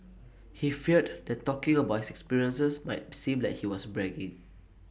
he feared that talking about his experiences might seem like he was bragging